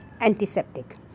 Antiseptic